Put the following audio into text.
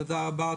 תודה רבה.